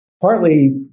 partly